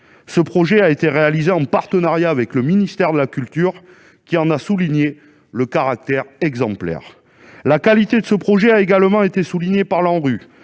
Ce projet a été réalisé en partenariat avec le ministère de la culture, qui en a souligné le caractère exemplaire. Sa qualité a également été soulignée par l'ANRU,